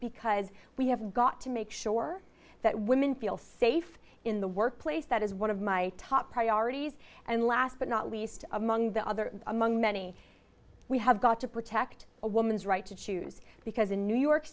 because we have got to make sure that women feel safe in the workplace that is one of my top priorities and last but not least among the other among many we have got to protect a woman's right to choose because in new york